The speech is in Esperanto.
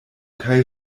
kaj